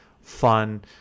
fun